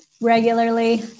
regularly